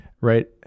Right